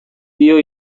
dio